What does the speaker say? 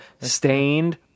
Stained